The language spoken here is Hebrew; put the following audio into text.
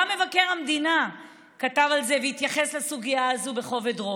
גם מבקר המדינה כתב על זה והתייחס לסוגיה הזאת בכובד ראש.